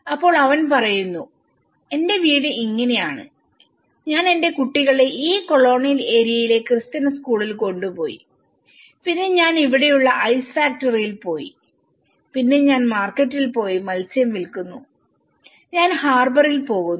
അപ്പോൾ അവൻ പറയുന്നു എന്റെ വീട് ഇങ്ങനെയാണ് ഞാൻ എന്റെ കുട്ടികളെ ഈ കൊളോണിയൽ ഏരിയയിലെ ക്രിസ്ത്യൻ സ്കൂളിൽ കൊണ്ടുപോയി പിന്നെ ഞാൻ ഇവിടെയുള്ള ഐസ് ഫാക്ടറിയിൽ പോയി പിന്നെ ഞാൻ മാർക്കറ്റിൽ പോയി മത്സ്യം വിൽക്കുന്നു ഞാൻ ഹാർബറിൽ പോകുന്നു